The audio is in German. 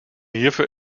hierfür